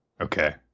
Okay